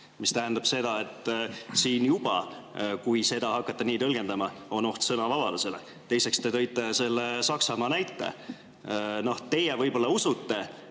See tähendab seda, et siin on juba, kui seda hakata nii tõlgendama, oht sõnavabadusele. Teiseks, te tõite selle Saksamaa näite. Teie võib-olla usute,